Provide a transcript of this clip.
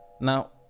Now